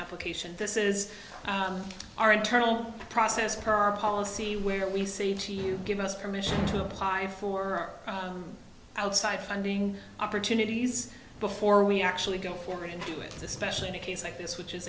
application this is our internal process car policy where we say to you give us permission to apply for outside funding opportunities before we actually go forward and do it especially in a case like this which is